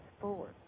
forward